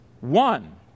one